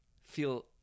feel